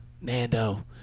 Nando